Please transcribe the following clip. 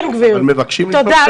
תודה.